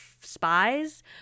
spies